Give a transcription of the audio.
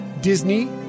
Disney